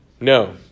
No